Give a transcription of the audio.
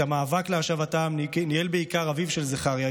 את המאבק להשבתם ניהל בעיקר אביו של זכריה,